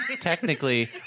technically